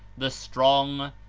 the strong,